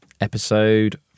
Episode